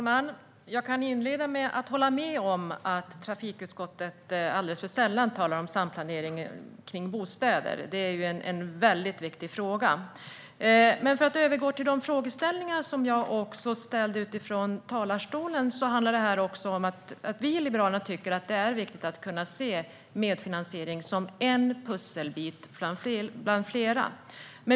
Fru talman! Jag kan hålla med om att trafikutskottet alldeles för sällan talar om samplanering kring bostäder. Det är en viktig fråga. Låt mig gå över till frågor jag ställde i talarstolen. Vi liberaler tycker att det är viktigt att se medfinansiering som en pusselbit bland flera.